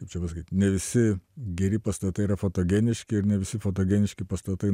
kaip čia pasakyt ne visi geri pastatai yra fotogeniški ir ne visi fotogeniški pastatai